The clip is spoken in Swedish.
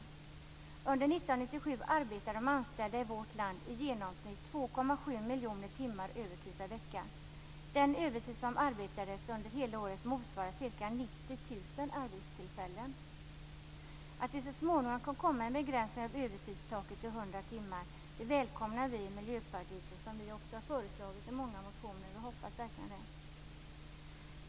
Under 1997 arbetade de anställda i vårt land i genomsnitt 2,7 miljoner timmar övertid per vecka. Den övertid som arbetades under hela året motsvarar ca 90 000 arbetstillfällen. Att det så småningom kan komma en begränsning av övertidstaket till 100 timmar välkomnar vi i Miljöpartiet. Vi har ju också föreslagit det i många motioner. Vi hoppas verkligen på detta.